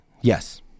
Yes